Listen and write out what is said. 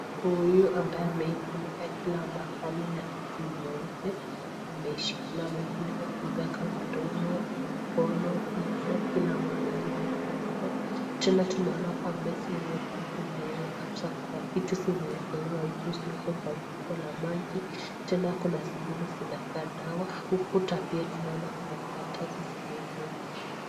Huyu ambaye amefunika kila mahali na vitu nyeupe, ameishikilia, amefunika mpaka mdomo, mkono, kichwa, kila mahali imefunikwa. Tena tunaona kwa meza iliyo karibu na yeye hasa kuna vitu zimewekelewa juu, zilizo kwa chupa la maji. Tena kuna zingine zinakaa dawa huku tabia tunaona kwamba karatasi zimewekwa juu.